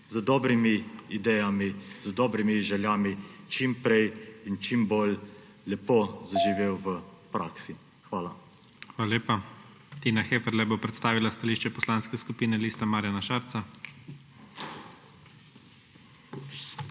z dobrimi idejami, z dobrimi željami čim prej in čim bolj lepo zaživel v praksi. Hvala. **PREDSEDNIK IGOR ZORČIČ:** Hvala lepa. Tina Heferle bo predstavila stališče Poslanske skupine Liste Marjana Šarca.